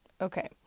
Okay